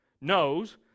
knows